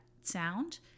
sound